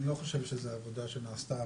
אני לא חושב שזה עבודה שנעשתה.